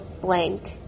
blank